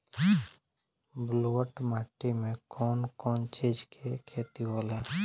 ब्लुअट माटी में कौन कौनचीज के खेती होला?